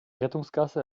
rettungsgasse